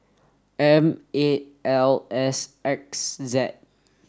M eight L S X Z